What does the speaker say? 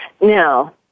Now